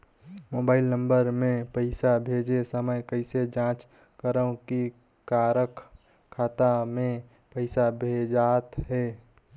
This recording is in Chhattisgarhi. मोबाइल नम्बर मे पइसा भेजे समय कइसे जांच करव की काकर खाता मे पइसा भेजात हे?